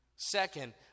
Second